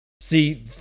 See